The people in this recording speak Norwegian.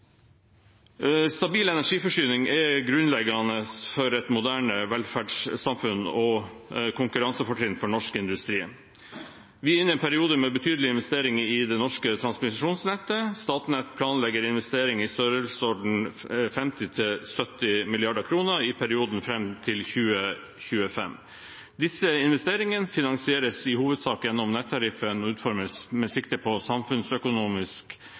Stabil energiforsyning er grunnleggende for et moderne velferdssamfunn og et konkurransefortrinn for norsk industri. Vi er inne i en periode med betydelige investeringer i det norske transmisjonsnettet. Statnett planlegger investeringer i størrelsesordenen 50–70 mrd. kr i perioden fram mot 2025. Disse investeringene finansieres i hovedsak gjennom nettariffen og utformes med sikte på samfunnsøkonomisk